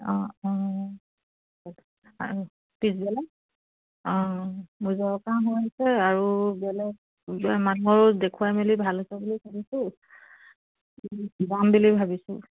অ' অ' পিছবেলা হৈছে আৰু বেলেগ মানুহৰ দেখুৱাই মেলি ভাল হৈছে বুলি শুনিছোঁ যাম বুলি ভাবিছোঁ